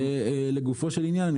לגופו של עניין,